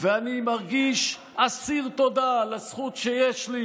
ואני מרגיש אסיר תודה על הזכות שיש לי